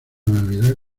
navidad